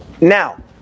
Now